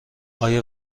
آیا